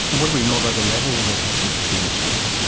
and what do we know about the levels of health literacy in australia?